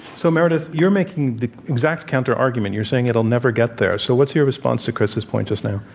so, meredith you're making the exact counterargument. you're saying it'll never get there. so, what's your response to chris's point just now?